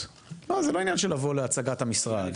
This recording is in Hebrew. זה לא עניין של לבוא להצגת המשרד.